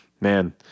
man